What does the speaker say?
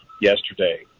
yesterday